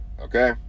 okay